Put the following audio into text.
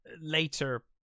later